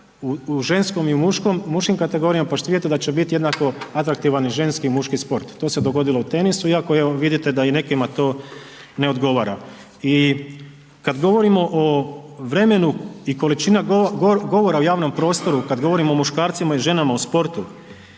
u ženskom i muškim kategorijama, pa ćete vidjeti da će bit jednako atraktivan i ženski i muški sport, to se dogodilo u tenisu iako evo vidite da i nekima to ne odgovara. I kad govorimo o vremenu i količina govora u javnom prostoru kad govorimo o muškarcima i ženama u sportu,